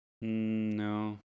No